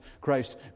Christ